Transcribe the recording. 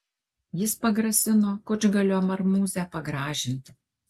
jis pagrasino kučgalio marmūzę pagražinti